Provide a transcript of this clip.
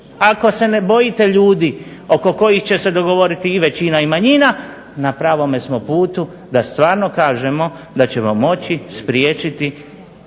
ako se ne bojite ljudi oko kojih će se dogovoriti i većina i manjina na pravome smo putu da stvarno kažemo da ćemo moći spriječiti